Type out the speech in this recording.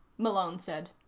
malone said.